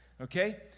okay